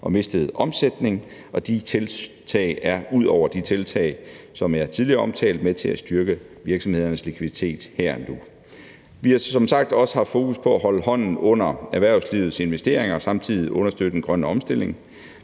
og mistet omsætning, og de tiltag er ud over de tiltag, som jeg tidligere omtalte, med til at styrke virksomhedernes likviditet her og nu. Vi har som sagt også haft fokus på at holde hånden under erhvervslivets investeringer og samtidig understøtte den grønne omstilling